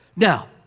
Now